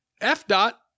F-Dot